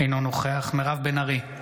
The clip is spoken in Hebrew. אינו נוכח מירב בן ארי,